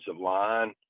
line